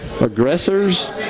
aggressors